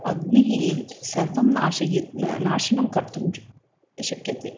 अग्निः सर्वं नाशय् न नाशनं कर्तुं शक्यते